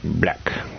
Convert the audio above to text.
Black